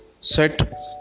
set